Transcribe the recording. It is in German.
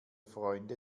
freunde